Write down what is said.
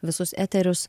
visus eterius